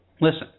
Listen